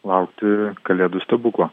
laukti kalėdų stebuklo